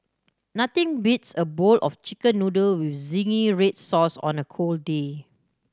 nothing beats a bowl of Chicken Noodle with zingy red sauce on a cold day